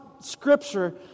scripture